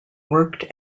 worked